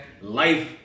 Life